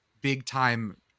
big-time